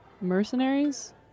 mercenaries